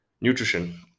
Nutrition